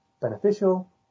beneficial